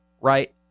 right